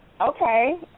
okay